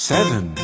Seven